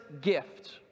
gift